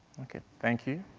thank you.